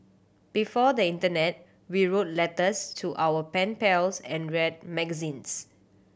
before the internet we wrote letters to our pen pals and read magazines